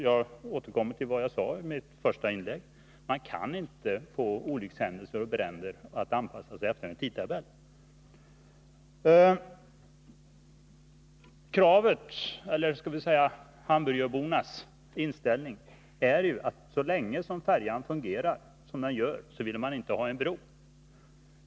Jag återkommer till vad jag sade i mitt första inlägg: man kan inte få olyckshändelser och bränder att anpassa sig efter en tidtabell. Kravet-— eller skall vi säga Hamburgöbornas inställning — är ju att så länge färjan fungerar som den gör vill man inte ha en bro.